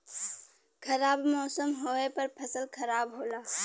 खराब मौसम होवे पर फसल खराब होला